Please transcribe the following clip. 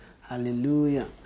Hallelujah